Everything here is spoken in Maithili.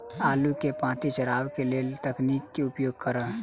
आलु केँ पांति चरावह केँ लेल केँ तकनीक केँ उपयोग करऽ?